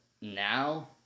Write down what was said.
now